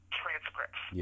transcripts